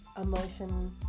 emotion